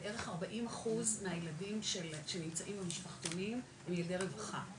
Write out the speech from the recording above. בערך מ-40 אחוז מהילדים שנמצאים במשפחתונים הם ילדי רווחה,